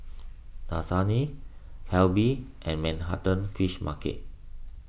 Dasani Calbee and Manhattan Fish Market